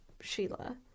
Sheila